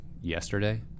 yesterday